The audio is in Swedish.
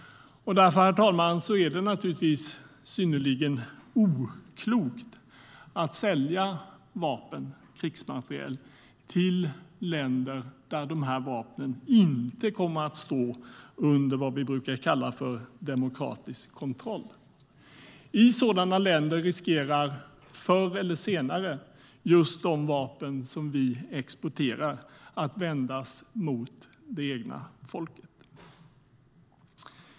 Därför, herr talman, är det synnerligen oklokt att sälja vapen och krigsmateriel till länder där vapnen inte kommer att stå under vad vi brukar kalla för demokratisk kontroll. I sådana länder riskerar förr eller senare just de vapen som vi exporterar att vändas mot det egna folket.